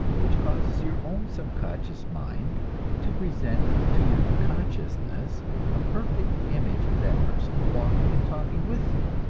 which causes your own subconscious mind to present to your consciousness a perfect image of that person, walking and talking with you,